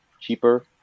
cheaper